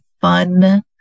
fun